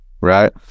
right